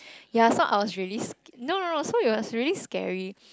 ya so I was really sca~ no no no so it was really scary